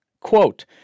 Quote